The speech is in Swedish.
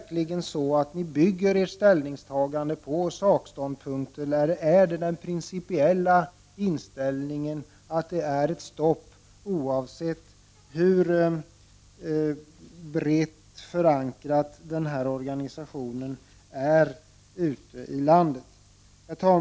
Bygger socialdemokraterna sitt ställningstagande på sakliga grunder eller är socialdemokraternas principiella inställning att denna organisation skall stoppas oavsett hur brett förankrad den är ute i landet?